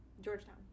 georgetown